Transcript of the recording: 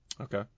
Okay